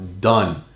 done